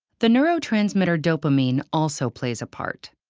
the neurotransmitter dopamine also plays a part.